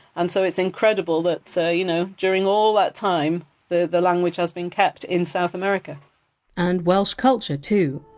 and so it's incredible that so you know during all that time the the language has been kept in south america and welsh culture too.